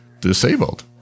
disabled